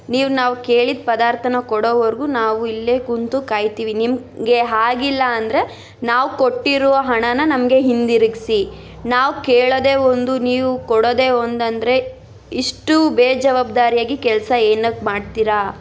ನೀವು ನಾವು ಕೇಳಿದ ಪದಾರ್ಥನ ಕೊಡೋವರ್ಗೂ ನಾವು ಇಲ್ಲೇ ಕೂತು ಕಾಯ್ತೀವಿ ನಿಮಗೆ ಆಗಿಲ್ಲ ಅಂದರೆ ನಾವು ಕೊಟ್ಟಿರುವ ಹಣನ ನಮಗೆ ಹಿಂದಿರುಗ್ಸಿ ನಾವು ಕೇಳೋದೇ ಒಂದು ನೀವು ಕೊಡೋದೇ ಒಂದಂದರೆ ಇಷ್ಟು ಬೇಜವಾಬ್ದಾರಿಯಾಗಿ ಕೆಲಸ ಏನಕ್ಕೆ ಮಾಡ್ತೀರಾ